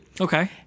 Okay